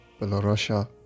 Belarusia